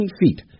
feet